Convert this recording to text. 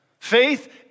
Faith